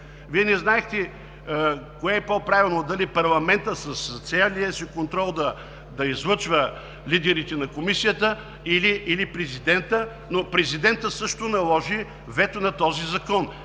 Вие не знаехте кое е по-правилно – дали парламентът с целия си контрол да излъчва лидерите на Комисията или президентът?! Президентът също наложи вето на този закон,